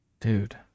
Dude